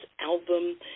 album